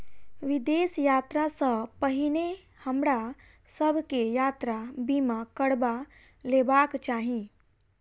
विदेश यात्रा सॅ पहिने हमरा सभ के यात्रा बीमा करबा लेबाक चाही